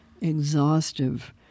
exhaustive